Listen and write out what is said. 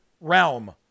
realm